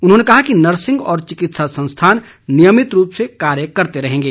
उन्होंने कहा कि नर्सिंग और चिकित्सा संस्थान नियमित रूप से कार्य करते रहेंगे